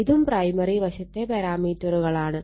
ഇതും പ്രൈമറി വശത്തെ പാരാമീറ്ററുകളാണ്